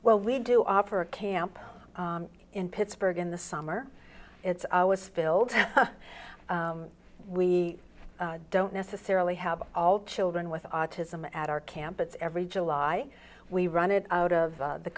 well we do offer a camp in pittsburgh in the summer it's always filled we don't necessarily have all children with autism at our campus every july we run it out of